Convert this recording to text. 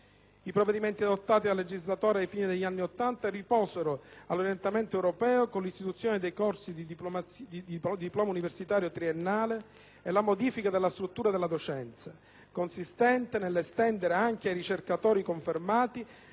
I provvedimenti adottati dal legislatore alla fine degli anni '80 risposero all'orientamento europeo con l'istituzione dei corsi di diploma universitario triennale (DU) e la modifica della struttura della docenza, consistente nell'estendere anche ai ricercatori confermati